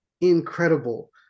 incredible